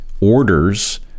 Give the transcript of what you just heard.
orders